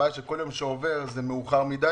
הבעיה היא, שכל יום שעובר זה מאוחר מדי,